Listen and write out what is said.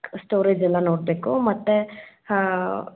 storage ಎಲ್ಲ ನೋಡಬೇಕು ಮತ್ತೆ ಹಾಂ